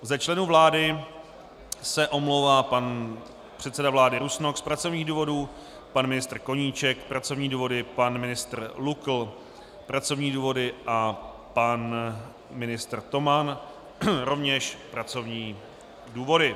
Z členů vlády se omlouvá pan předseda vlády Rusnok z pracovních důvodů, pan ministr Koníček pracovní důvody, pan ministr Lukl pracovní důvody, pan ministr Toman rovněž pracovní důvody.